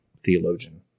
theologian